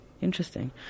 Interesting